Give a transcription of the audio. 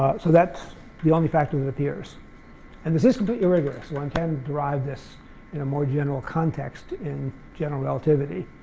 so that's the only factor that appears and this is completely rigorous. one can drive this in a more general context in general relativity.